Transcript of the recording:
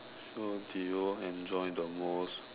so do you enjoy the most